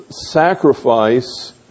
sacrifice